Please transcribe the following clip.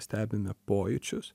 stebime pojūčius